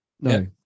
No